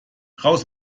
raus